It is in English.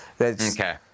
Okay